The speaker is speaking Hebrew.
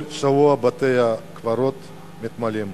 כל שבוע בתי-הקברות מתמלאים.